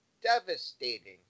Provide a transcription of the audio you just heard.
devastating